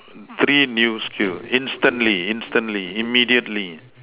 three new skills instantly instantly immediately